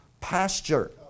pasture